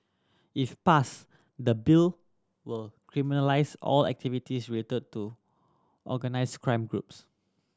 if passed the Bill will criminalise all activities related to organised crime groups